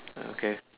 okay